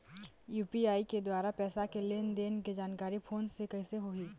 UPI के द्वारा पैसा के लेन देन के जानकारी फोन से कइसे होही?